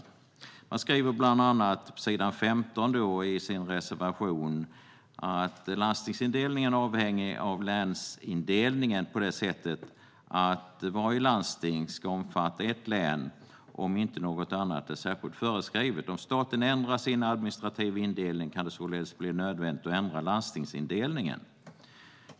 På s. 15 i sin reservation skriver Socialdemokraterna, Miljöpartiet och Vänsterpartiet bland annat: Landstingsindelningen är avhängig av länsindelningen på det sättet att varje landsting ska omfatta ett län, om inte något annat är särskilt föreskrivet. Om staten ändrar sin administrativa indelning kan det således bli nödvändigt att ändra landstingsindelningen.